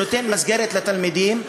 שנותן מסגרת לתלמידים,